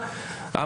הקודמת-קודמת,